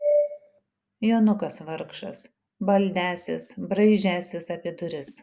jonukas vargšas baldęsis braižęsis apie duris